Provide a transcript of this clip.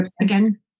again